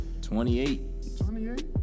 28